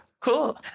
Cool